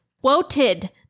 Quoted